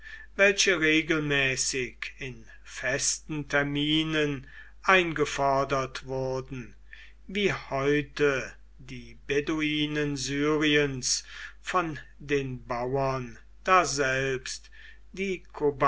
welche regelmäßig in festen terminen eingefordert wurden wie heute die beduinen syriens von den bauern daselbst die